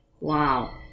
Wow